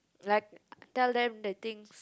like tell them the things